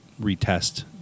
retest